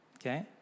okay